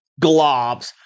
globs